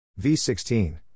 V16